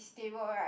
stable right